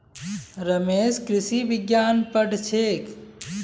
रमेश कृषि विज्ञान पढ़ छेक